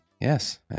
Yes